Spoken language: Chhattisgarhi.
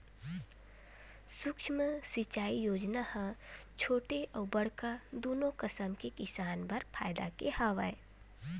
सुक्ष्म सिंचई योजना ह छोटे अउ बड़का दुनो कसम के किसान बर फायदा के हवय